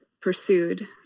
pursued